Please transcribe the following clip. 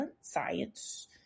science